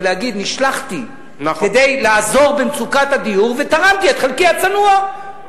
ולהגיד: נשלחתי כדי לעזור במצוקת הדיור ותרמתי את חלקי הצנוע,